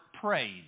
prayed